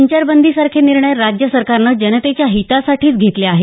संचारबंदीसारखे निर्णय राज्य सरकारनं जनतेच्या हितासाठीच घेतले आहेत